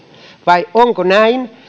vai onko näin